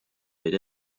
vaid